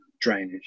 drainage